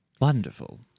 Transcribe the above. Wonderful